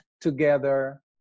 together